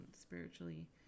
spiritually